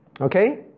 Okay